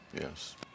yes